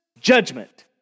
judgment